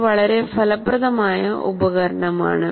ഇത് വളരെ ഫലപ്രദമായ ഉപകരണമാണ്